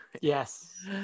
Yes